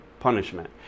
punishment